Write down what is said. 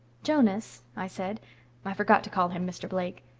jonas, i said i forgot to call him mr. blake.